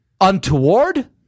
untoward